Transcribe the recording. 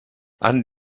han